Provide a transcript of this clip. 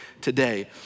today